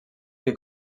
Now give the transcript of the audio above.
que